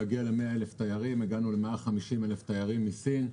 100,000 תיירים והגענו ל-150,000 תיירים מסין.